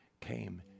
came